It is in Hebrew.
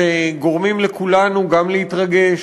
שגורמים לכולנו גם להתרגש,